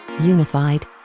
Unified